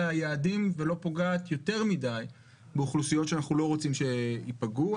היעדים ולא פוגעת יותר מידי באוכלוסיות שאנחנו לא רוצים שייפגעו.